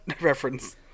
reference